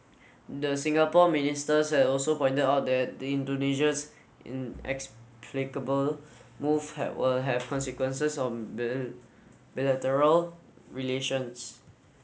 the Singapore ministers had also pointed out that the Indonesia's inexplicable move had will have consequences of bilateral relations